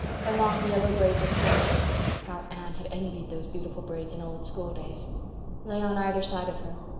her long yellow braids of hair how anne had envied those beautiful braids in old schooldays lay on either side of her.